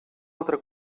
altra